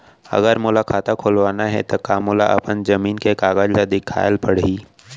अगर मोला खाता खुलवाना हे त का मोला अपन जमीन के कागज ला दिखएल पढही?